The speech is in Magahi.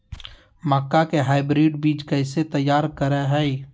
मक्का के हाइब्रिड बीज कैसे तैयार करय हैय?